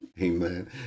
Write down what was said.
Amen